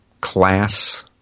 class